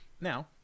Now